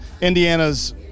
Indiana's –